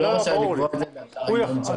הוא לא רשאי לקבוע באתר האינטרנט של המשרד.